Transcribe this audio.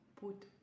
put